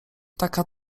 taka